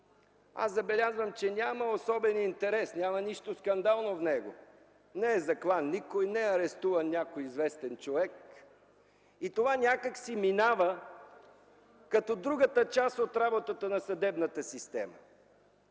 Забелязвам, че няма особен интерес, няма нищо скандално в него – никой не е заклан, не е арестуван някой известен човек. Това някак си минава като другата част от работата на съдебната система.